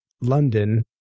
London